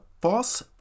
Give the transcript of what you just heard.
false